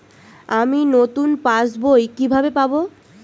আমি নতুন passbook কিভাবে পাব?